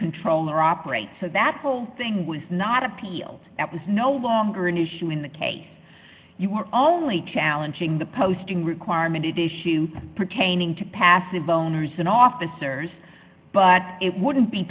control or operate so that will thing was not appealed that was no longer an issue in the case you were only challenging the posting requirement it issues pertaining to passive owners and officers but it wouldn't be